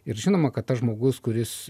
ir žinoma kad tas žmogus kuris